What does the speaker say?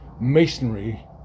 masonry